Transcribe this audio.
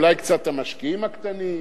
אולי קצת המשקיעים הקטנים,